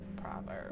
proverb